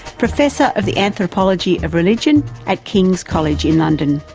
professor of the anthropology of religion at king's college in london.